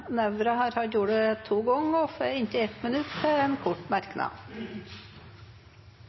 Nævra har hatt ordet to ganger tidligere og får ordet til en kort merknad,